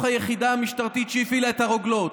היחידה המשטרתית שהפעילה את הרוגלות".